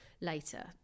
later